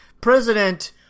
President